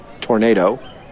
tornado